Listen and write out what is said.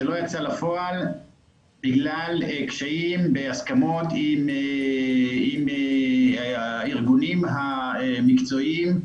ולא יצא לפועל בגלל קשיים בהסכמות עם הארגונים המקצועיים,